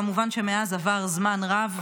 כמובן שמאז עבר זמן רב,